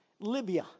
Libya